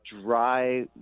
dry